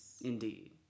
Indeed